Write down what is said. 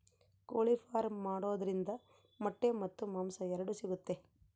ಕೋಳಿ ಫಾರ್ಮ್ ಮಾಡೋದ್ರಿಂದ ಮೊಟ್ಟೆ ಮತ್ತು ಮಾಂಸ ಎರಡು ಸಿಗುತ್ತೆ